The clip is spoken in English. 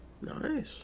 Nice